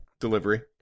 Delivery